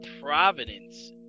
Providence